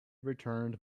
returned